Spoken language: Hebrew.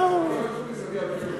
אני פה.